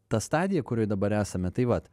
ta stadija kurioj dabar esame tai vat